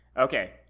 Okay